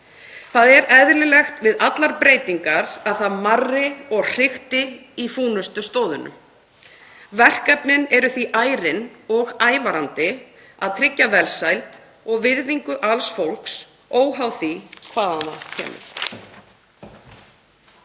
allar breytingar er eðlilegt að það marri og hrikti í fúnustu stoðunum. Verkefnin eru því ærin og ævarandi að tryggja velsæld og virðingu alls fólks óháð því hvaðan það kemur.